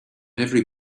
every